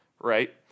right